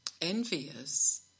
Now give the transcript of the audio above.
envious